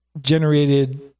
generated